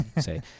say